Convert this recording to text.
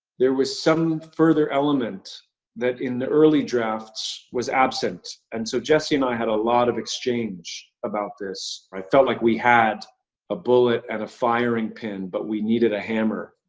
there was some further element that in the early drafts, was absent. and so jesse and i had a lot of exchange about this. i felt like we had a bullet and a firing pin, but we needed a hammer.